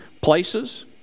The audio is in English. Places